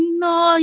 no